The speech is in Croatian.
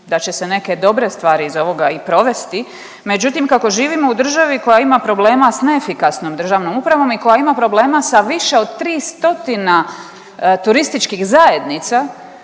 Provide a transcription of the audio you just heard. da će se neke dobre stvari iz ovoga i provesti. Međutim, kako živimo u državi koja ima problema sa neefikasnom državnom upravom i koja ima problema sa više od 3 stotina turističkih zajednica